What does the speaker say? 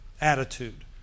attitude